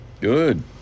Good